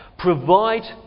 provide